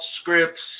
scripts